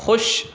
खुश